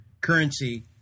currency